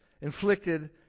inflicted